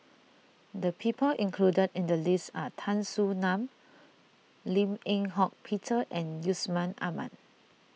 the people included in the list are Tan Soo Nan Lim Eng Hock Peter and Yusman Aman